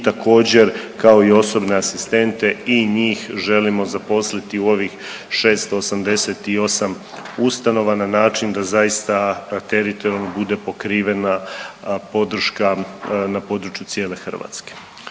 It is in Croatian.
također kao i osobne asistente i njih želimo zaposliti u ovih 688 ustanova na način da zaista teritorijalno bude pokrivena podrška na području cijele Hrvatske.